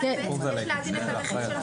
יש להזין את הרכיב.